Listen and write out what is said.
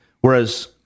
Whereas